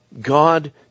God